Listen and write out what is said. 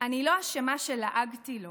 "אני לא אשמה שלעגתי לו